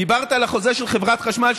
דיברת על החוזה של חברת החשמל,